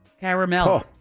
Caramel